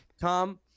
tom